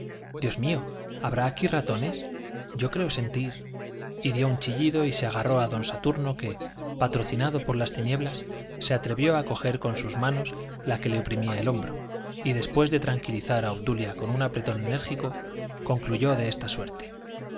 dios mío habrá aquí ratones yo creo sentir y dio un chillido y se agarró a don saturno que patrocinado por las tinieblas se atrevió a coger con sus manos la que le oprimía el hombro y después de tranquilizar a obdulia con un apretón enérgico concluyó de esta suerte